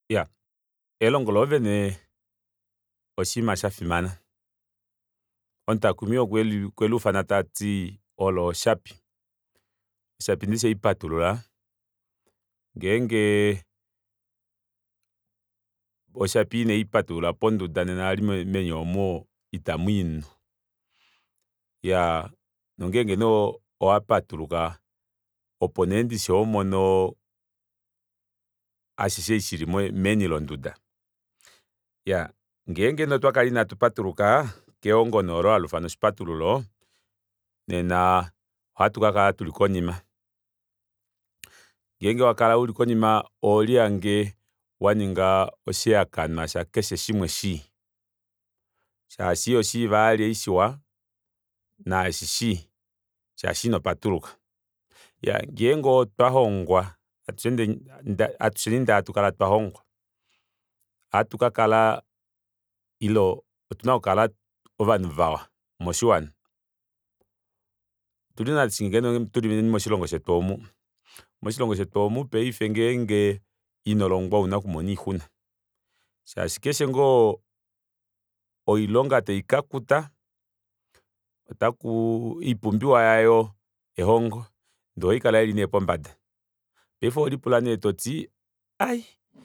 Iyaa elongo loovene oshiima shafimana omutakumi olo oshapi oshapi ndishi ohapatulula ngenge oshapi ina ipatulula ponduda nena eli meni omo itamuyi omunhu iyaa nongenge nee owapatuluka opo nee ndishi homono ashishe osho shili moni londuda iyaa ngenge nee otwakala ina tupatuluka kehongo nee olo hali ufanwa oshipatululo nena ohatu kakala tuli konima ngenge owakala uli konima oholihange waninga oshihakanwa shakeshe shimwe shii shaashi ihoshiiva vali eshi shiwa naashi shii shaashi inopatuluka ngenge otwa hongwa atushei ndee hatukala twahongwa ohatu kakala ile otuna okukala ovanhu vawa moshiwana otuli ngaashi ngeno tulyeni moshilongo shetu oomu moshilongo shetu omu paife ngenge inolongwa ouna okumona oixuna shaashi keshe ngoo oilonga taikakuta oipumbiwa yayo elongo ndee ohaikala nee ili pombada paife oholipula nee toti